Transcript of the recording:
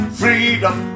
freedom